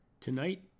Tonight